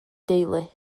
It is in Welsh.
deulu